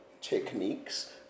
techniques